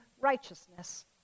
righteousness